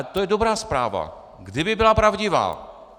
To je dobrá zpráva kdyby byla pravdivá!